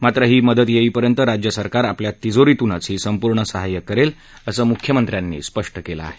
मात्र ही मदत येईपर्यंत राज्यसरकार आपल्या तिजोरीतूनच हे संपूर्ण सहाय्य करेल असं मुख्यमंत्र्यांनी स्पष्ट केलं आहे